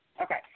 Okay